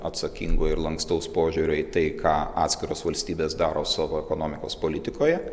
atsakingo ir lankstaus požiūrio į tai ką atskiros valstybės daro savo ekonomikos politikoje